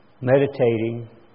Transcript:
meditating